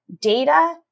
data